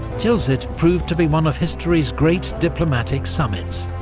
tilsit proved to be one of history's great diplomatic summits,